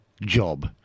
job